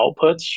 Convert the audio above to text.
outputs